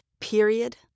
period